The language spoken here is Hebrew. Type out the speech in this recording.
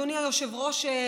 אדוני היושב-ראש,